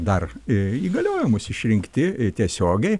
dar įgaliojimus išrinkti tiesiogiai